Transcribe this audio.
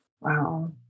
Wow